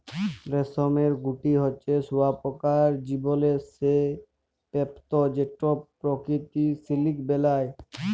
রেশমের গুটি হছে শুঁয়াপকার জীবলের সে স্তুপ যেট পরকিত সিলিক বেলায়